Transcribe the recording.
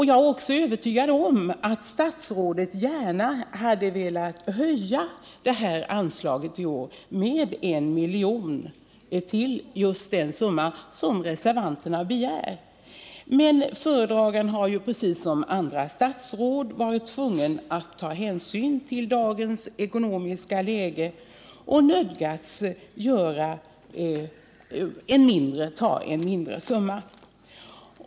Jag är också övertygad om att statsrådet gärna hade velat höja anslaget i år med 1 miljon till just den summa som reservanterna begär, men föredraganden har ju, precis som alla andra statsråd, varit tvungen att ta hänsyn till dagens ekonomiska läge och nödgats föreslå en mindre summa.